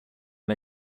det